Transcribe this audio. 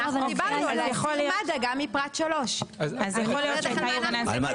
אנחנו דיברנו על להסיר מד"א גם מפרט 3. על מה,